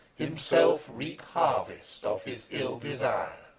himself reap harvest of his ill desire!